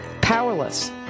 powerless